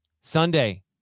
Sunday